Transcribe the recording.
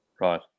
Right